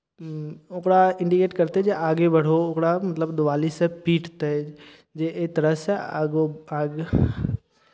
ओकरा इंडिकेट करतै जे आगे बढ़ो ओकरा मतलब दुआलीसँ पिटतै जे एहि तरहसँ आगू आगे